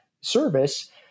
service